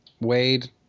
Wade